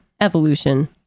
evolution